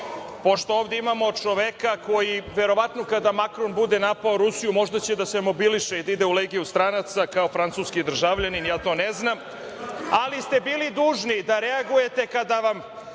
pošto ovde imamo čoveka koji verovatno kada Makron bude napao Rusiju možda će da se mobiliše i da ide u Legiju stranaca kao francuski državljanin, ja to ne znam, ali ste bili dužni da reagujete kada vam